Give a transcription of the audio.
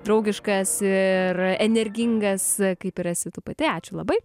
draugiškas ir energingas kaip ir esi tu pati ačiū labai